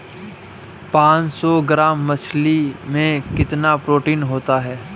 पांच सौ ग्राम मछली में कितना प्रोटीन होता है?